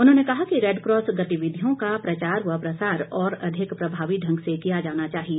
उन्होंने कहा कि रेडकॉस गतिविधियों का प्रचार व प्रसार और अधिक प्रभावी ढंग से किया जाना चाहिए